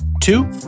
Two